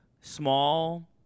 small